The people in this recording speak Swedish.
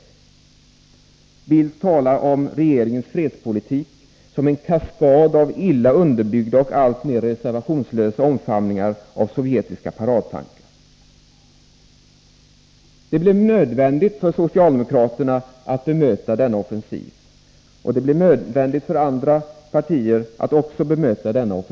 Carl Bildt talar om regeringens fredspolitik som en ”kaskad av illa underbyggda och alltmer reservationslösa omfamningar av sovjetiska paradtankar”. Det blev nödvändigt för socialdemokraterna att bemöta denna offensiv, och det blev nödvändigt också för andra partier att göra det.